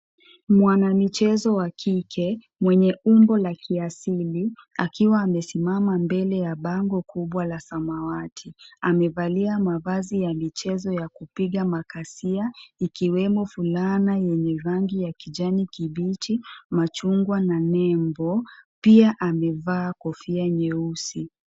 Mwanamichezo wa kike, mwenye umbo la kiasili, akiwa amesimama mbele ya bango kubwa la samawati. Amevalia mavazi ya michezo ya kupiga makasia, ikiwemo fulana yenye rangi ya kijani kibichi, machungwa, na nembo. Pia, amevaa kofia nyeusi.